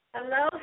Hello